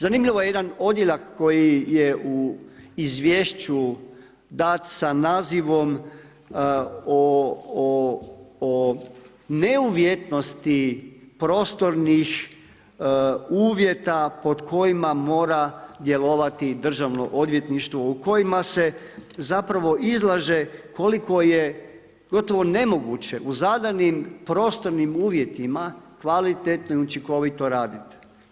Zanimljivo jedan odjeljak koji je u izvješću dat sa nazivom o ne uvjetnosti prostornih uvjeta pod kojima mora djelovati državno odvjetništvo u kojima se izlaže koliko je gotovo nemoguće u zadanim prostornim uvjetima kvalitetno i učinkovito raditi.